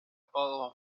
bottle